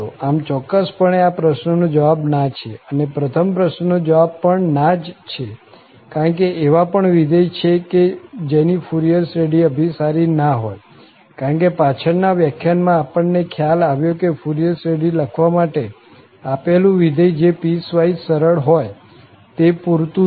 આમ ચોક્કસપણે આ પ્રશ્ન નો જવાબ "ના" છે અને પ્રથમ પ્રશ્ન નો જવાબ પણ "ના" જ છે કારણ કે એવા પણ વિધેય છે કે જેની ફુરિયર શ્રેઢી અભિસારી ના હોય કારણ કે પાછળ ના વ્યાખ્યાનમાં આપણને ખ્યાલ આવ્યો કે ફુરિયર શ્રેઢી લખવા માટે આપેલું વિધેય જે પીસવાઈસ સરળ હોય તે પુરતું છે